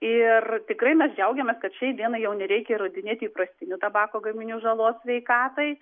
ir tikrai mes džiaugiamės kad šiai dienai jau nereikia įrodinėti įprastinių tabako gaminių žalos sveikatai